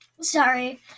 Sorry